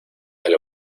del